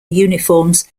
uniforms